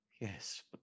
Yes